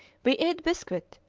we ate biscuit,